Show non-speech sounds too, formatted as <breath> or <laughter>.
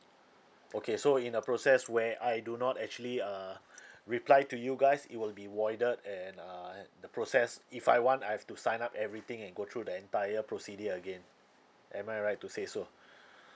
okay so in the process where I do not actually uh <breath> reply to you guys it will be voided and uh the process if I want I have to sign up everything and go through the entire procedure again am I right to say so <breath>